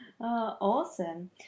Awesome